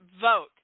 vote